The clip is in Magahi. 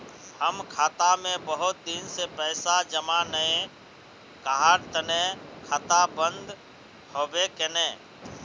हम खाता में बहुत दिन से पैसा जमा नय कहार तने खाता बंद होबे केने?